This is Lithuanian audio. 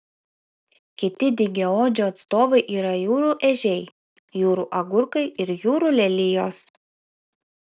kiti dygiaodžių atstovai yra jūrų ežiai jūrų agurkai ir jūrų lelijos